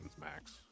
max